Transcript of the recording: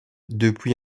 depuis